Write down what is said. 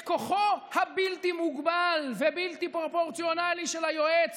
את כוחו הבלתי-מוגבל ובלתי פרופורציונלי של היועץ